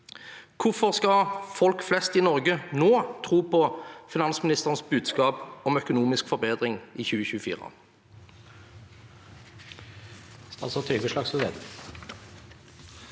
Hvorfor skal folk flest i Norge nå tro på finansministerens budskap om økonomisk forbedring i 2024? Statsråd Trygve Slagsvold